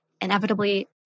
inevitably